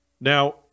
Now